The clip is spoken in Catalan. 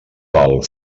val